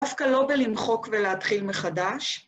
דווקא לא בלמחוק ולהתחיל מחדש.